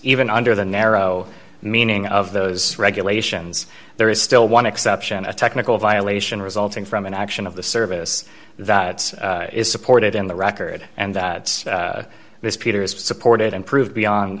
even under the narrow meaning of those regulations there is still one exception a technical violation resulting from an action of the service that is supported in the record and that this peter is supported and proved beyond